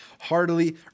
heartily